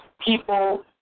people